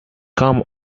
come